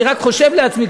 אני רק חושב לעצמי,